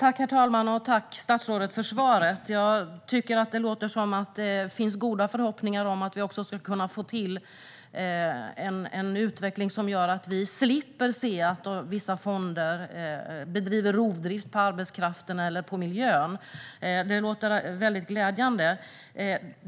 Herr talman! Tack, statsrådet, för svaret! Det låter som att det finns goda förhoppningar om att få en utveckling som gör att vi kan slippa se att vissa fonder bedriver rovdrift på arbetskraften eller på miljön. Det är glädjande.